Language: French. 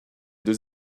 deux